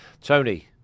Tony